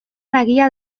nagia